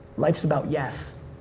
life's about yes.